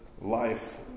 life